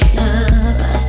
love